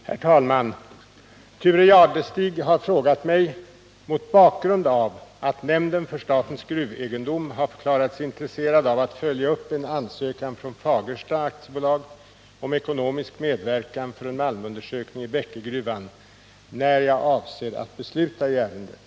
Herr talman! Thure Jadestig har frågat mig — mot bakgrund av att nämnden för statens gruvegendom har förklarat sig intresserad av att följa upp en ansökan från Fagersta AB om ekonomisk medverkan för en malmundersökning i Bäckegruvan — när jag avser besluta i ärendet.